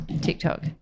TikTok